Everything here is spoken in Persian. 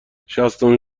شصتمین